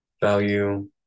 value